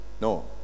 no